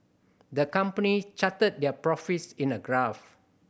the company charted their profits in a graph